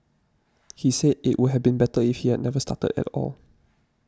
he said it would have been better if he had never started at all